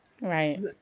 right